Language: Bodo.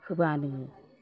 होबानो